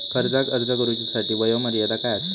कर्जाक अर्ज करुच्यासाठी वयोमर्यादा काय आसा?